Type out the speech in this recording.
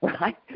right